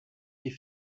die